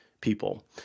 people